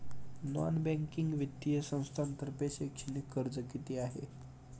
Non banking वित्तीय संस्थांतर्फे शैक्षणिक कर्ज किती आहे?